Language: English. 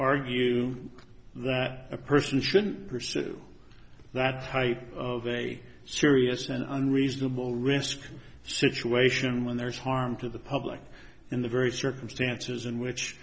argue that a person shouldn't pursue that type of a serious and unreasonable risk situation when there's harm to the public in the very circumstances in which